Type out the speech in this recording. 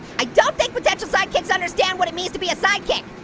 i don't think potential sidekicks understand what it means to be a sidekick.